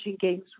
Games